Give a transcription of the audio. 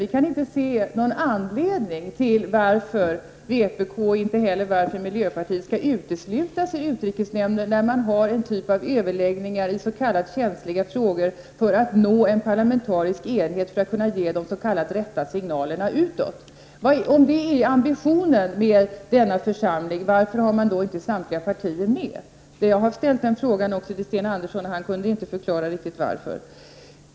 Vi kan inte se någon anledning till varför vpk, och inte heller miljöpartiet, skall uteslutas ur utrikesnämnden, när man har en typ av överläggningar i s.k. känsliga frågor för att nå en parlamentarisk enighet och för att kunna ge de rätta signalerna utåt. Om det är ambitionen i den församlingen, varför är då inte samtliga partier med? Jag har ställt den frågan även till utrikesminister Sten Andersson, och han har inte riktigt kunnat förklara varför.